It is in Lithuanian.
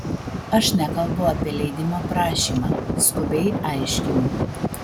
aš nekalbu apie leidimo prašymą skubiai aiškinu